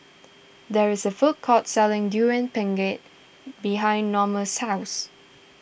there is a food court selling Durian Pengat behind Norma's house